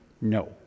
no